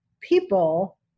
people